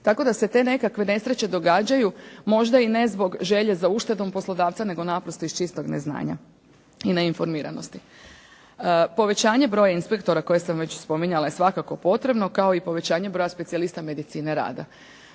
Tako da se te nekakve nesreće događaju možda i ne zbog želje za uštedom poslodavca, nego naprosto iz čistog neznanja i neinformiranosti. Povećanje broja inspektora koje sam već spominjala je svakako potrebno kao i povećanje broja specijalista medicine rada.